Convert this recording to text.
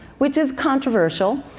which is controversial,